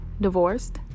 divorced